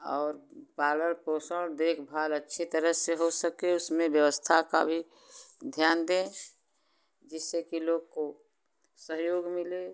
और पालण पोषण देखभाल अच्छे तरह से हो सके उसमें व्यवस्था का भी ध्यान दें जिससे कि लोग को सहयोग मिले